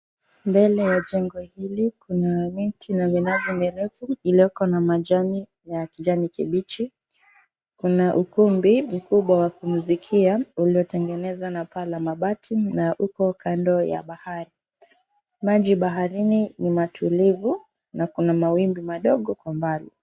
Mbele ya jengo hili kuna miti na minazi mirefu iliyoko na majani ya kijani kibichi na ukumbi mkubwa wa kumzikia uliotengenezwa na paa la mabati na liko kando ya bahari. Maji ya baharini ni matulivu na kuna mawimbi madogo kwa mbali.